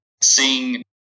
seeing